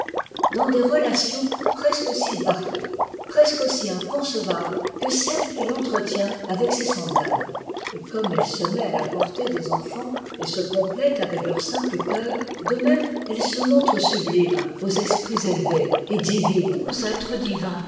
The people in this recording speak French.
dans des relations presque aussi variées prss que aussi inconcevables que celles qu'il entretient avec ses semblables et comme elle se met la portée des enfants et se complaît avec leurs simples coeurs de même elle se montre sublime aux esprits étevcs et divine aux êtres divins